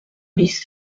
bis